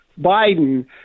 Biden